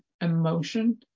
emotion